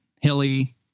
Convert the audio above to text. hilly